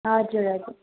हजुर हजुर